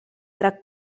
tra